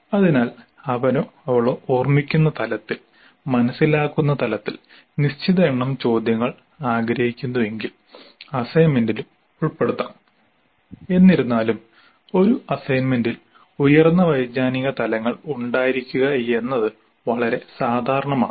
അതിനാൽ അവനോ അവളോ ഓർമ്മിക്കുന്ന തലത്തിൽ മനസിലാക്കുന്ന തലത്തിൽ നിശ്ചിത എണ്ണം ചോദ്യങ്ങൾ ആഗ്രഹിക്കുന്നുവെങ്കിൽ അസൈൻമെന്റിലും ഉൾപ്പെടുത്താം എന്നിരുന്നാലും ഒരു അസൈൻമെന്റിൽ ഉയർന്ന വൈജ്ഞാനിക തലങ്ങൾ ഉണ്ടായിരിക്കുക എന്നത് വളരെ സാധാരണമാണ്